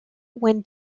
when